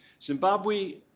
Zimbabwe